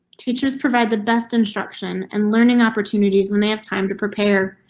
teachers provide the best instruction and learning opportunities when they have time to prepare.